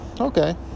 Okay